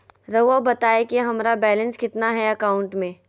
रहुआ बताएं कि हमारा बैलेंस कितना है अकाउंट में?